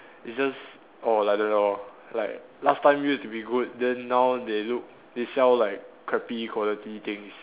it's just orh like that lor like last time used to be good then now they look they sell like crappy quality things